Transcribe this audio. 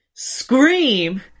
Scream